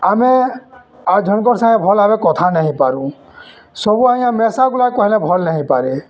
ଆମେ ଆଉ ଜଣ୍ଙ୍କର୍ ସାଙ୍ଗେ ଭଲ୍ ଭାବେ କଥାହେଇ ନାଇପାରୁ ସବୁ ଆଜ୍ଞା ମେସାଗୁଲା କହେଲେ ଭଲ୍ ନାଇ ହେଇପାରେ